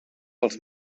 els